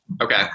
Okay